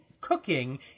cooking